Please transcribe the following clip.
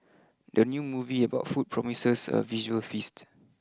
the new movie about food promises a visual feast